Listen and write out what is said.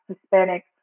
Hispanic